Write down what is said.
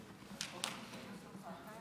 מכם, חבר הכנסת בן צור,